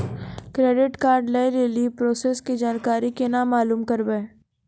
Credit card लय लेली process के जानकारी केना मालूम करबै?